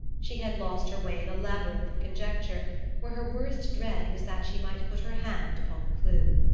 she had lost her way in a labyrinth of conjecture where her worst dread was that she might put her hand upon the clue.